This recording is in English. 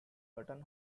button